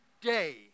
day